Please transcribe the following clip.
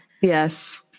Yes